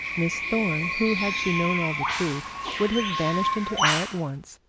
miss thorne, who had she known all the truth would have vanished into air at once,